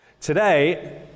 Today